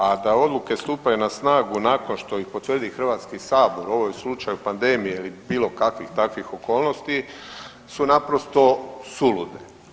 A da odluke stupaju na snagu nakon što ih potvrdi Hrvatski sabor u ovoj slučaju pandemije ili bilo kakvih takvih okolnosti su naprosto sulude.